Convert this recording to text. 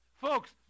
Folks